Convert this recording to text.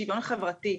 שכונה מסוימת,